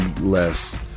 less